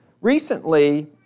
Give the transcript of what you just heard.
recently